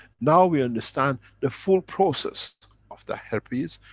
now we understand the full process of the herpes,